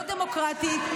לא דמוקרטית,